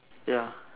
ya